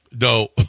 No